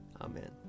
Amen